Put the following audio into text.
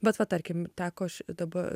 bet va tarkim teko aš daba